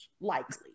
Likely